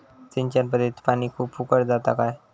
सिंचन पध्दतीत पानी खूप फुकट जाता काय?